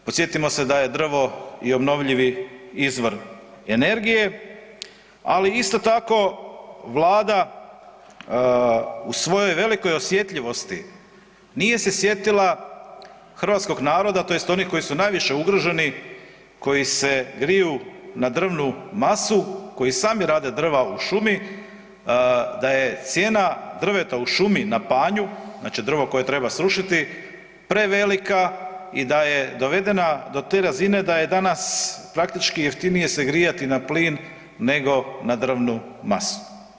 Podsjetimo se da je drvo i obnovljivi izvor energije, ali isto tako Vlada u svojoj velikoj osjetljivosti nije se sjetila hrvatskog naroda tj. onih koji su najviše ugroženi koji se griju na drvnu masu koji sami rade drva u šumi da je cijena drveta u šumi na panju, znači drvo koje treba srušiti prevelika i da je dovedena do te razine da je danas praktički jeftinije se grijati na plin nego na drvnu masu.